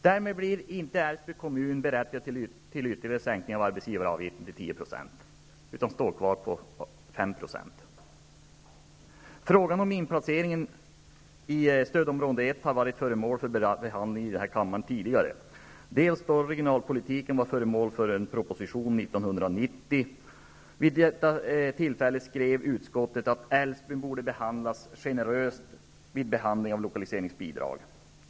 Därmed blir inte Älvsbyns kommun berättigad till en ytterligare sänkning av arbetsgivaravgiften till 10 %. Frågan om inplacering i stödområde 1 har tidigare varit föremål för behandling i kammaren, bl.a. då regionalpolitiken var föremål för en proposition 1990. Vid detta tillfälle skrev utskottet att Älvsbyn borde behandlas generöst när det gällde lokaliseringsbidrag.